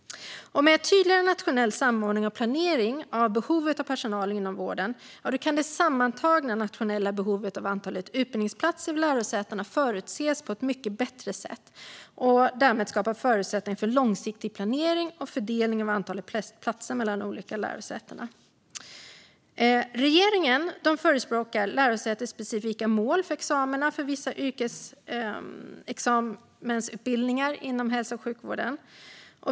Med en tydligare nationell samordning och planering av behovet av personal inom vården kan det sammantagna nationella behovet av antalet utbildningsplatser vid lärosätena förutses på ett mycket bättre sätt och därmed skapa förutsättningar för en långsiktig planering och fördelning av antalet platser mellan de olika lärosätena. Regeringen förespråkar lärosätesspecifika mål för examina för vissa yrkesexamensutbildningar inom hälso och sjukvården.